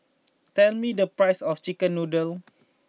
tell me the price of Chicken Noodles